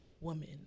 woman